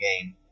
game